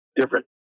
different